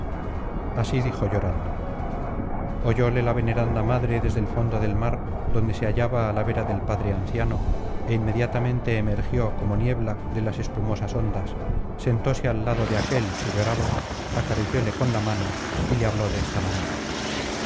así dijo llorando oyóle la veneranda madre desde el fondo del mar donde se hallaba á la vera del padre anciano é inmediatamente emergió como niebla de las espumosas ondas sentóse al lado de aquél que lloraba acaricióle con la mano y le habló de esta manera